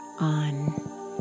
on